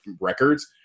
records